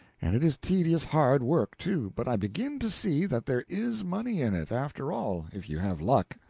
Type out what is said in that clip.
and it is tedious hard work, too, but i begin to see that there is money in it, after all, if you have luck.